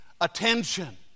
attention